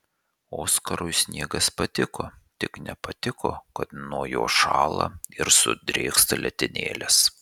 oskarui sniegas patiko tik nepatiko kad nuo jo šąla ir sudrėksta letenėlės